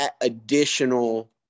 additional